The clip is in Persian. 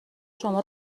شما